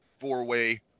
four-way